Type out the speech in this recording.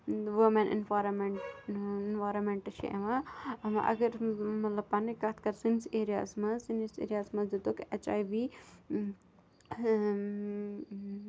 ووٗرمٮ۪ن information اِنوارَمٮ۪نٛٹہٕ چھِ یِوان اگر مطلب پَںٛنہِ کَتھ کَرٕ سٲنِس ایریاہَس منٛز سٲنِس ایریاہَس منٛز دِتُکھ اٮ۪چ آی وی